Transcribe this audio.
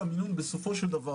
בסופו של דבר